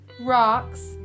rocks